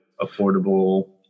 affordable